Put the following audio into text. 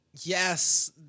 Yes